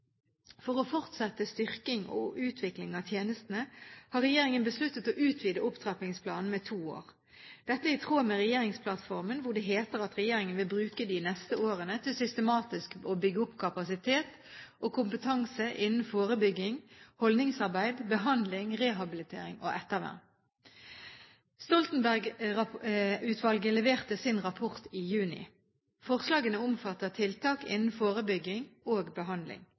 For å fortsette styrking og utvikling av tjenestene har regjeringen besluttet å utvide opptrappingsplanen med to år. Dette er i tråd med regjeringsplattformen hvor det heter at regjeringen vil bruke de neste årene til systematisk å bygge opp kapasitet og kompetanse innen forebygging, holdningsarbeid, behandling, rehabilitering og ettervern. Stoltenberg-utvalget leverte sin rapport i juni. Forslagene omfatter tiltak innen forebygging og behandling.